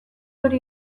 hori